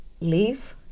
leave